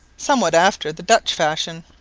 somewhat after the dutch fashion.